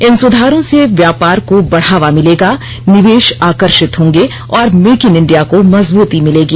इन सुधारों से व्यापार को बढ़ावा मिलेगा निवेश आकर्षित होंगे और मेक इन इंडिया को मजबूती मिलेगी